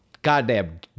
goddamn